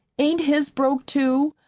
ain't his broke, too?